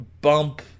bump